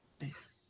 Nice